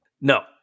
No